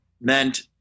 Meant